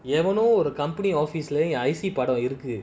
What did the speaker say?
you never know what a company office taking I_C படம்இருக்கு:padam iruku